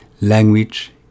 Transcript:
language